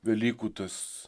velykų tas